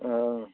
औ